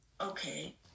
Okay